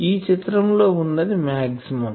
ఈ చిత్రం లో ఉన్నది మాక్సిమం